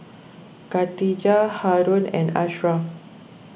Khatijah Haron and Asharaff